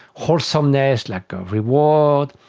wholesomeness, like a reward,